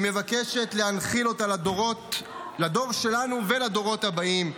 היא מבקשת להנחיל אותה לדור שלנו ולדורות הבאים,